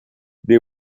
they